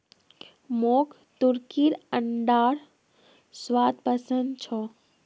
मोक तुर्कीर अंडार स्वाद पसंद छोक